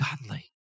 godly